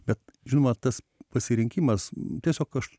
bet žinoma tas pasirinkimas tiesiog aš